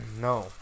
No